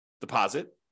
deposit